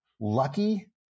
lucky